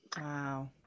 Wow